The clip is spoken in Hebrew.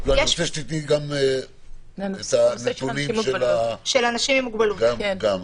אני רוצה שתציגי נתונים גם לגבי אנשים עם מוגבלויות.